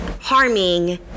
harming